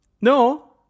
no